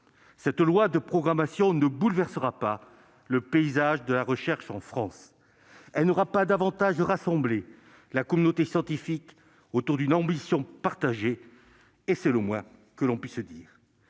Cette loi de programmation ne bouleversera pas le paysage de la recherche en France. Elle n'aura pas davantage rassemblé la communauté scientifique autour d'une ambition partagée, et c'est le moins que l'on puisse dire.